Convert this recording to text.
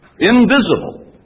invisible